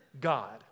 God